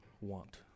want